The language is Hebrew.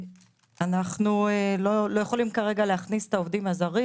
אנחנו לא יכולים כרגע להכניס את העובדים הזרים,